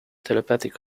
telepathic